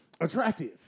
attractive